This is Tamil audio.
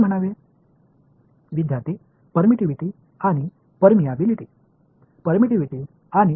அனுமதி மற்றும் ஊடுருவல் சரிதானே